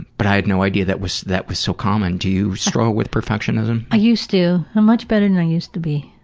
but, i had no idea that that was so common. do you struggle with perfectionism? i used to. i'm much better than i used to be.